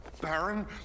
baron